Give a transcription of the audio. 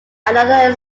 another